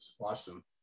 awesome